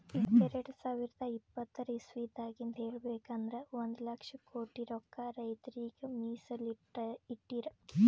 ಎರಡ ಸಾವಿರದ್ ಇಪ್ಪತರ್ ಇಸವಿದಾಗಿಂದ್ ಹೇಳ್ಬೇಕ್ ಅಂದ್ರ ಒಂದ್ ಲಕ್ಷ ಕೋಟಿ ರೊಕ್ಕಾ ರೈತರಿಗ್ ಮೀಸಲ್ ಇಟ್ಟಿರ್